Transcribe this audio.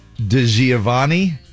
DeGiovanni